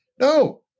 No